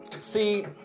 See